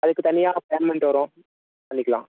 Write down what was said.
அதுக்கு தனியாக பேமெண்ட் வரும் பண்ணிக்கலாம்